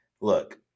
look